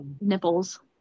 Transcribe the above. nipples